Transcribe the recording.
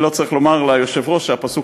אני לא צריך לומר ליושב-ראש שהפסוק